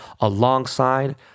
alongside